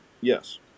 Yes